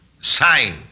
sign